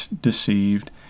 deceived